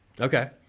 Okay